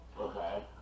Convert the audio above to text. Okay